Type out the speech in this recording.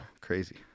crazy